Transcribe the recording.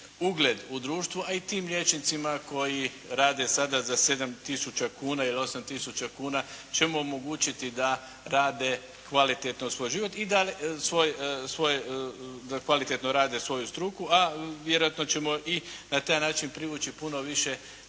ugled u društvu, a i tim liječnicima koji rade sada za 7 tisuća kuna ili 7 tisuća kuna ćemo omogućiti da rade kvalitetno uz svoj život i da kvalitetno rade svoju struku, a vjerojatno ćemo i na taj način privući puno više